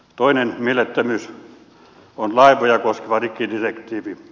toinen mielettömyys on laivoja koskeva rikkidirektiivi